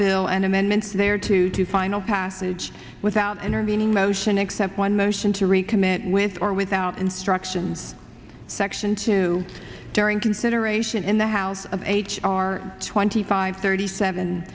bill and amendments there to final passage without intervening motion except one motion to recommit with or without instructions section two during consideration in the house of h r twenty five thirty seven